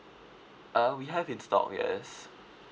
uh we have in stock yes